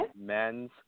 men's